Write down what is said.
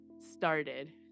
Started